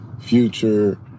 future